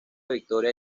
victoria